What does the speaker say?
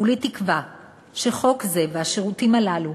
כולי תקווה שחוק זה והשירותים הללו